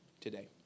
today